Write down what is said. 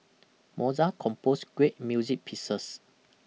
Mozart composed great music pieces